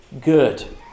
good